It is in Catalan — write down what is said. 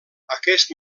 aquest